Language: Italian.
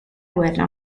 guerra